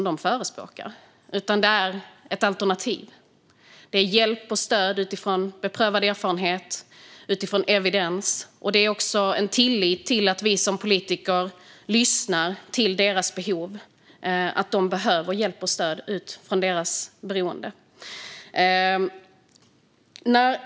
De förespråkar ett alternativ, hjälp och stöd utifrån beprövad erfarenhet och evidens och en tillit till att vi politiker lyssnar till deras behov, att de behöver hjälp och stöd utifrån sitt beroende.